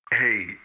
Hey